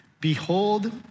Behold